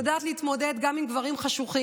אני יודעת להתמודד גם עם גברים חשוכים